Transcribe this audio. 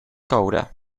coure